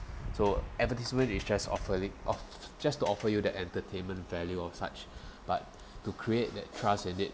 so advertisement is just offeri~ of~ just to offer you that entertainment value of such but to create that trust in it